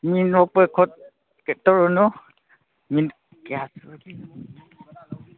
ꯃꯤ ꯅꯣꯛꯄ ꯈꯣꯠꯄ ꯀꯩꯅꯣ ꯇꯧꯔꯨꯅꯨ ꯃꯤꯅꯤꯠ ꯀꯌꯥ